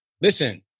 listen